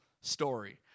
story